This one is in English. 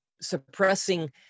suppressing